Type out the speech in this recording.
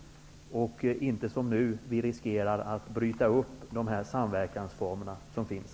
Nu riskerar vi i stället att bryta upp de samverkansformer som finns.